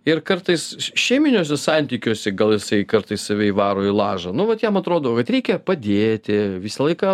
ir kartais šeiminiuose santykiuose gal jisai kartais save įvaro į lažą nu vat jam atrodo kad reikia padėti visą laiką